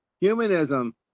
humanism